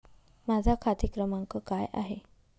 माझा खाते क्रमांक काय आहे?